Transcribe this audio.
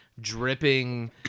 dripping